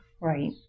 Right